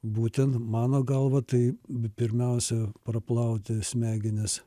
būtent mano galva tai pirmiausia praplauti smegenis